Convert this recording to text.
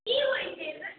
कि होइत छै एहिमे